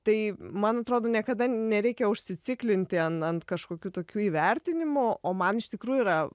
tai man atrodo niekada nereikia užsiciklinti ant ant kažkokių tokių įvertinimų o o man iš tikrųjų yra